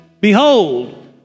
Behold